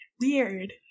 weird